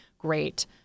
great